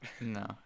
No